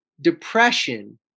depression